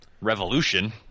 revolution